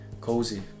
Cozy